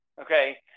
okay